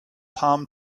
palm